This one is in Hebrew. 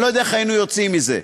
אני לא יודע איך היינו יוצאים מזה,